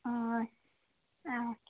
ആ ആ ഓക്കേ